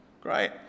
Great